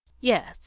yes